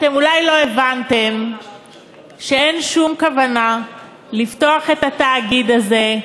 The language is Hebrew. אתם אולי לא הבנתם שאין שום כוונה לפתוח את התאגיד הזה,